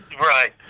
Right